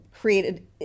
created